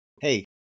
hey